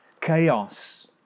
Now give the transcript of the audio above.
chaos